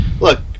look